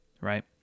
right